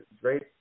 great